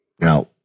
now